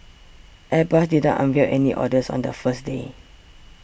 airbus didn't unveil any orders on the first day